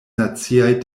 naciaj